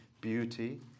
beauty